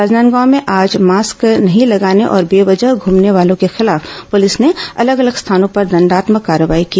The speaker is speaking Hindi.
राजनांदगांव में आज मास्क नहीं लगाने और बेवजह घूमने वालों के खिलाफ पुलिस ने अलग अलग स्थानों पर दंडात्मक कार्रवाई की